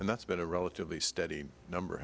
and that's been a relatively steady number